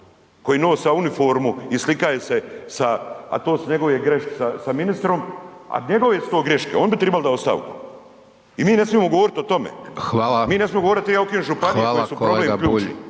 koji nosa uniformu i slikaje se, a to su njegove greške sa ministrom, a njegove su to greške, on bi trebao dat ostavku. I mi ne smijemo govoriti o tome, mi ne smijemo govoriti triba ukinut županije koje su problem ključni